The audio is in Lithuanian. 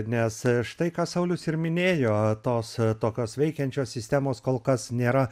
nes štai ką saulius ir minėjo tos tokios veikiančios sistemos kol kas nėra